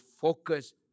focus